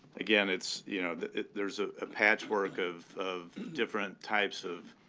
again, it's you know there's ah a patchwork of of different types of